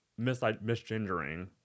misgendering